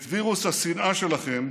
את וירוס השנאה שלכם,